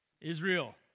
Israel